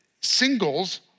singles